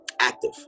active